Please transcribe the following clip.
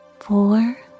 Four